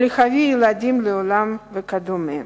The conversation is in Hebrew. להביא ילדים לעולם וכדומה.